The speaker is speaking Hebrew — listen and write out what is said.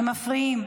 אתם מפריעים.